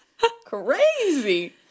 Crazy